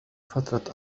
فترة